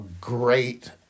great